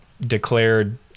declared